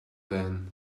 then